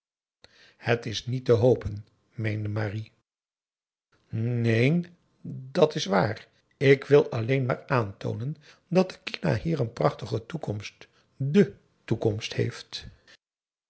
het is niet te hopen meende marie nnneen dat is waar ik wil alleen maar aantoonen dat de kina hier een prachtige toekomst de toekomst heeft